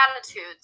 attitudes